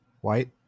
White